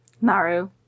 Naru